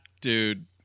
Dude